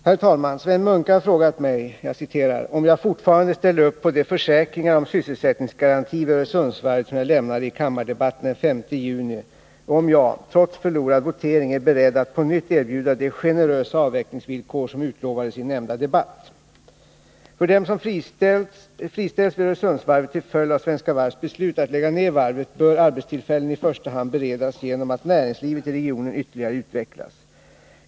Herr talman! Sven Munke har frågat mig om jag fortfarande — jag återger här frågans ordalydelse — ställer upp på de försäkringar om sysselsättningsgaranti vid Öresundsvarvet som jag lämnade i kammardebatten den 5 juni och om jag — trots förlorad votering — är beredd att på nytt erbjuda de generösa avvecklingsvillkor som utlovades i nämnda debatt. För dem som friställs vid Öresundsvarvet till följd av Svenska Varvs beslut att lägga ned varvet bör arbetstillfällen i första hand beredas genom att näringslivet i regionen ytterligare utvecklas.